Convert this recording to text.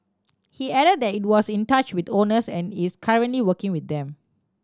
he added that it was in touch with owners and is currently working with them